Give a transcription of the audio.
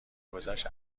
گذشت